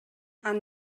анын